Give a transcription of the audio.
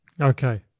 Okay